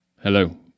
Hello